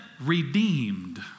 redeemed